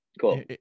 Cool